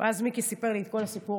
ואז מיקי סיפר לי את כל הסיפור,